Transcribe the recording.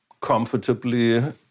comfortably